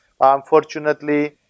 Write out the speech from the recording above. Unfortunately